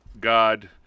God